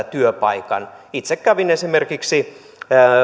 työpaikan itse kävin esimerkiksi